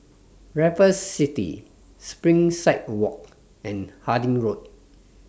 Raffles City Springside Walk and Harding Road